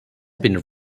been